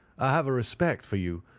i have a respect for you,